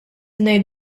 ngħid